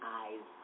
eyes